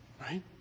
right